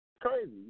Crazy